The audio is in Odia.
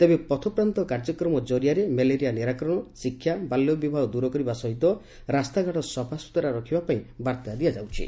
ତେବେ ପଥପ୍ରାନ୍ତ କାର୍ଯ୍ୟକ୍ରମ କରିଆରେ ମେଲେରିଆ ନିରାକରଣ ଶିଷା ବାଲ୍ୟବିବାହ ଦୂରକରିବା ସହିତ ରାସ୍ତାଘାଟ ସଫାସୁତୁରା ରଖିବା ପାଇଁ ବାର୍ତ୍ତା ଦିଆଯାଇଛି